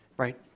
right,